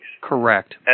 Correct